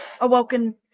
Awoken